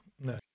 No